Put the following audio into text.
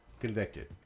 Convicted